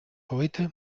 heute